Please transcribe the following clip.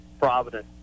Providence